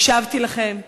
הקשבתי לכם,